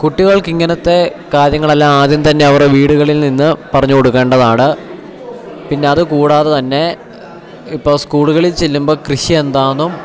കുട്ടികൾക്ക് ഇങ്ങനെത്തെ കാര്യങ്ങളെല്ലാം ആദ്യംതന്നെ അവരുടെ വീടുകളിൽനിന്ന് പറഞ്ഞു കൊടുക്കേണ്ടതാണ് പിന്നെ അത് കൂടാതെ തന്നെ ഇപ്പോൾ സ്കൂളുകളിൽ ചെല്ലുമ്പം കൃഷി എന്താണെന്നും